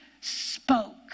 spoke